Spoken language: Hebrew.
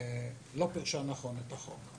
לא פירשה נכון את החוק.